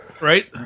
Right